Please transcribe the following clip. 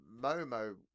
Momo